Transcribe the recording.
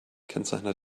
kennzeichnet